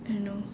I don't know